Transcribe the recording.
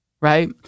right